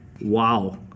Wow